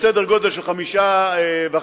בסדר-גודל של 5.5%,